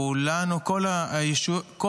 כולנו, כן?